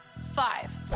five.